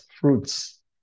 fruits